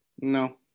No